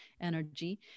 energy